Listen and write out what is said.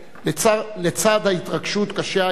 לצד ההתרגשות קשה היום